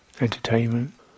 entertainment